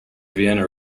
vienna